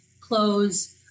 clothes